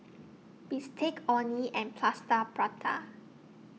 Bistake Orh Nee and Plaster Prata